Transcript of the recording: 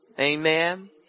amen